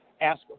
Ask